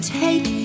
take